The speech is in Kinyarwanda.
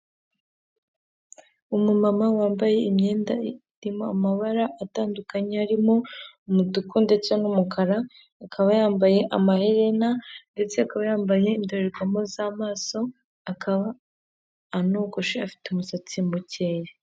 Umumama wambaye imyenda irimo amabara atandukanye arimo umutuku ndetse n'umukara, akaba yambaye amaherena ndetse akaba yambaye indorerwamo z'amaso, akaba anogoshe afite umusatsi mucyeya.